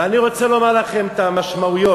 ואני רוצה לומר לכם את המשמעויות.